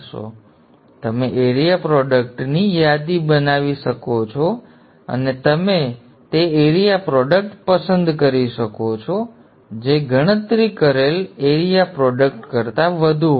તેથી તમે એરિયા પ્રોડક્ટની યાદી બનાવી શકો છો અને તમે તે એરિયા પ્રોડક્ટ પસંદ કરી શકો છો જે ગણતરી કરેલ એરિયા પ્રોડક્ટ કરતા વધુ હોય